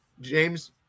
James